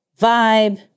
Vibe